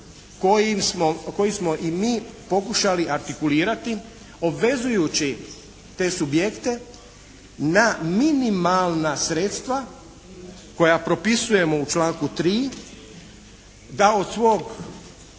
koji smo i mi pokušali artikulirati obvezujući te subjekte na minimalna sredstva koja propisujemo u članku 3. da od svog